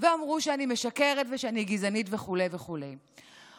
ואמרו שאני משקרת ושאני גזענית וכו' וכו'.